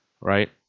right